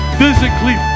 physically